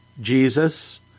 Jesus